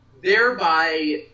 Thereby